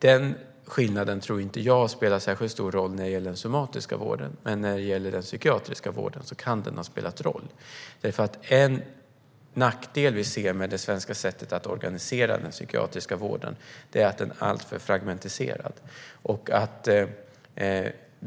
Den skillnaden tror jag inte spelar särskilt stor roll när det gäller den somatiska vården, men när det gäller den psykiatriska vården kan den ha spelat roll. En nackdel vi ser med det svenska sättet att organisera den psykiatriska vården är nämligen att den är alltför fragmentiserad.